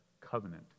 covenant